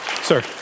Sir